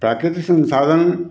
प्राकृतिक संसाधन